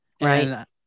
Right